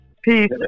Peace